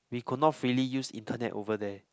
we could not freely use internet over there